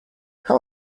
how